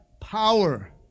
power